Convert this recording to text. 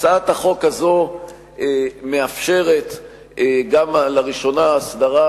הצעת החוק הזו מאפשרת גם לראשונה הסדרה